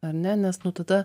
ar ne nes nu tada